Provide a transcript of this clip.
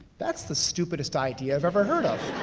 that's the stupidest idea i've ever heard of.